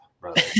brother